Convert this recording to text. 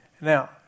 Now